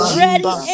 ready